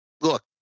look